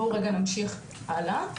בואו רגע נמשיך הלאה,